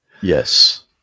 Yes